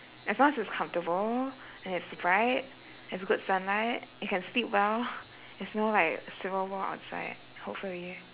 as long as it's comfortable and it's bright it has good sunlight I can sleep well there's no like civil war outside hopefully